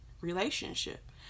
relationship